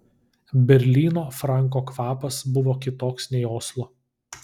berlyno franko kvapas buvo kitoks nei oslo